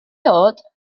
dod